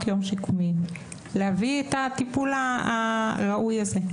יום שיקומיים להביא את הטיפול הראוי הזה.